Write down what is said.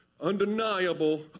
undeniable